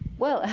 well,